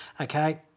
okay